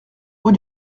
rue